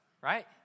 right